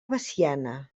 veciana